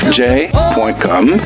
j.com